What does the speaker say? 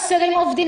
חסרים עובדים.